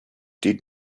did